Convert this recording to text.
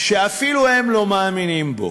שאפילו הם לא מאמינים בו,